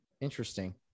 Interesting